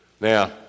Now